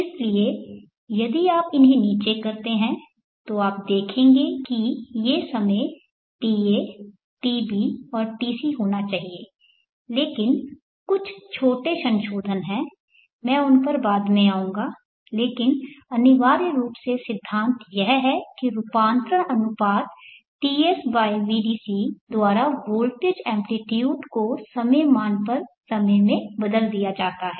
इसलिए यदि आप इन्हे नीचे करते हैं तो आप देखेंगे कि ये समय tb ta और tc होना चाहिए लेकिन कुछ छोटे संशोधन हैं मैं उन पर बाद में आऊंगा लेकिन अनिवार्य रूप से सिद्धांत यह है कि रूपांतरण अनुपात Tsvdc द्वारा वोल्टेज एम्पलीट्यूड को समय मान पर समय में बदल दिया जाता है